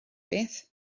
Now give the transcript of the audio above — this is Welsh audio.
beth